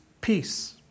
peace